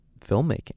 filmmaking